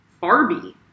Barbie